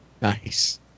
Nice